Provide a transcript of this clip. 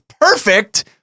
perfect